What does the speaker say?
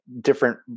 different